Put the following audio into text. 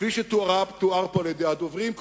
כפי שתואר פה על-ידי הדוברים,